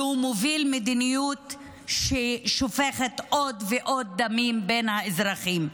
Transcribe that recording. והוא מוביל מדיניות ששופכת עוד ועוד דמים בקרב האזרחים.